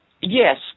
yes